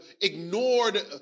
ignored